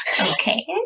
okay